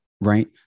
right